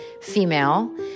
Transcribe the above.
female